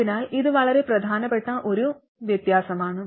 അതിനാൽ ഇത് വളരെ പ്രധാനപ്പെട്ട ഒരു വ്യത്യാസമാണ്